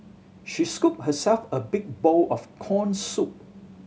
she scooped herself a big bowl of corn soup